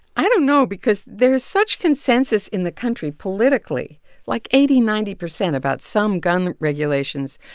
i don't know because there is such consensus in the country politically like, eighty, ninety percent about some gun regulations.